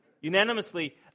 unanimously